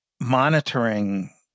monitoring